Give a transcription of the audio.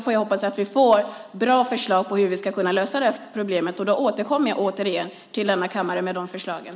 Vi hoppas att vi ska få bra förslag på hur vi ska kunna lösa det här problemet, och då återkommer jag till denna kammare med dem.